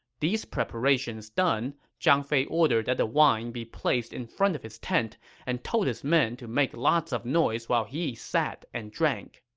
these preparations done, zhang fei ordered that the wine be placed in front of his tent and told his men to make lots of noise while he sat and drank